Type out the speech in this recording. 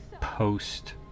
post